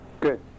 Good